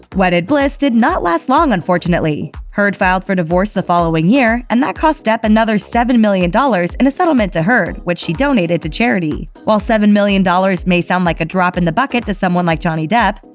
wedded bliss did not last long unfortunately. heard filed for divorce the following year, and that cost depp another seven million dollars in a settlement to heard, which she donated to charity. while seven million dollars may sound like a drop in the bucket to someone like johnny depp,